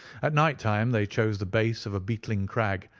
at night-time they chose the base of a beetling crag,